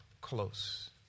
close